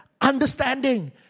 understanding